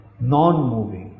non-moving